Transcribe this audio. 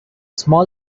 small